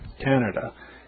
Canada